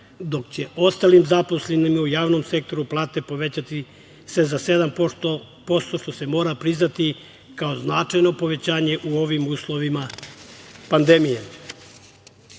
dok će ostalim zaposlenima u javnom sektoru plate će se povećati za 7%, što se mora priznati kao značajno povećanje u ovim uslovima pandemije.U